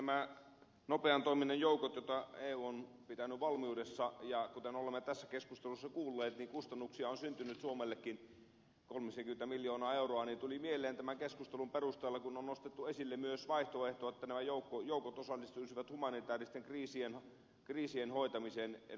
näistä nopean toiminnan joukoista joita eu on pitänyt valmiudessa ja kuten olemme tässä keskustelussa kuulleet joista kustannuksia on syntynyt suomellekin kolmisenkymmentä miljoonaa euroa tuli mieleen tämän keskustelun perusteella kun on nostettu esille myös vaihtoehto että nämä joukot osallistuisivat humanitääristen kriisien hoitamiseen ed